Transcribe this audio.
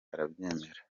arabyemera